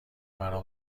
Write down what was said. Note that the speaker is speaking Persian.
مرا